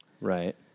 Right